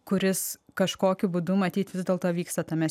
kuris kažkokiu būdu matyt vis dėlto vyksta tame